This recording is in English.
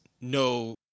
no